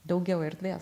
daugiau erdvės